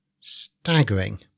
staggering